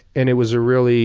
and it was a really